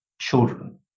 children